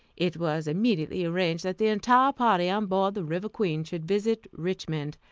it was immediately arranged that the entire party on board the river queen should visit richmond,